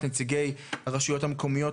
את נציגי הרשויות המקומיות,